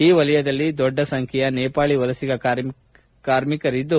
ಈ ವಲಯದಲ್ಲಿ ದೊಡ್ಡ ಸಂಖ್ಲೆಯ ನೇಪಾಳಿ ವಲಸಿಗ ಕಾರ್ಮಿಕರಿದ್ದು